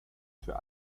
für